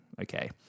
okay